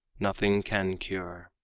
nothing can cure.